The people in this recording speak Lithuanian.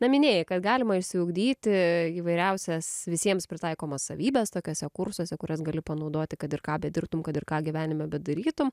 na minėjai kad galima išsiugdyti įvairiausias visiems pritaikomas savybes tokiuose kursuose kuriuos galiu panaudoti kad ir ką bedirbtum kad ir ką gyvenime bedarytum